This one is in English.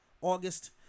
August